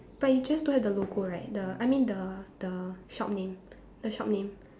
but you just don't have the logo right the I mean the the shop name the shop name